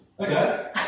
Okay